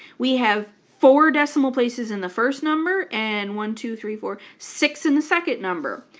we have four decimal places in the first number and one, two, three, four six in the second number.